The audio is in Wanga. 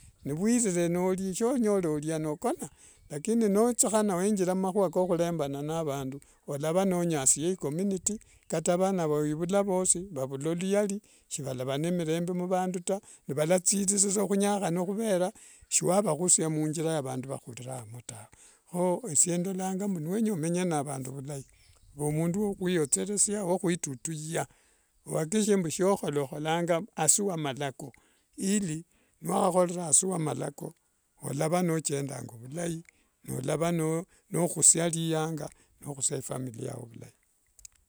Nivwirire norii shonyorere noria nokona lakini ni wethukhana wenjira mumakhuwa kokhurembana navandu olava nonyasiye e community kata vana va wivula vosi vavula luyari shivala nemirembe muvandu taa nivalathirira khunyakhana khuvera shiwavakhusia munjira mwa vandu vakhurirangamo tawe kho esie ndolanga ni wenya omenye navandu vulai vaa omundu wakhwiwotheresia wokhwitutuya wakikishe mbu shokhola okholanga asii wa malako ili niwakhakhirera asii wamalako olavanochendanga vulai olava nokhusia riyanga nokhusia ifamilia yao.